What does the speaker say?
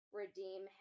redeem